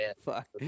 Fuck